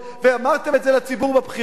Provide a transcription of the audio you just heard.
ואמרתם את זה לציבור בבחירות,